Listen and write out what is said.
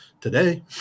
today